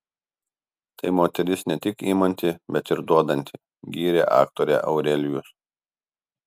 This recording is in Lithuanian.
tai moteris ne tik imanti bet ir duodanti gyrė aktorę aurelijus